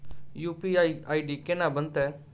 UPI ID केना बनतै?